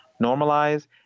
normalize